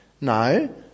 no